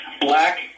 Black